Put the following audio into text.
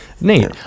Nate